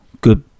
good